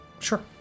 Sure